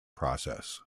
process